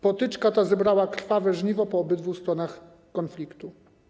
Potyczka ta zebrała krwawe żniwo po obydwu stronach konfliktu.